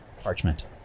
parchment